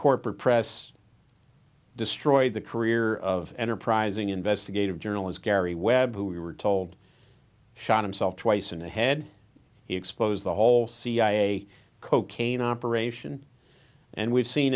corporate press destroyed the career of enterprising investigative journalist gary webb who we were told shot himself twice in the head expose the whole cia cocaine operation and we've seen